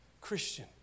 Christian